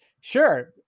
sure